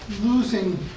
losing